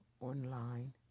online